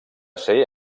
ser